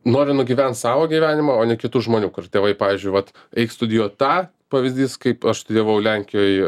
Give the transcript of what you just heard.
noriu nugyvent savo gyvenimą o ne kitų žmonių kur tėvai pavyzdžiui vat eik studijuot tą pavyzdys kaip aš studijavau lenkijoj